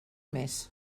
mes